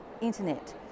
internet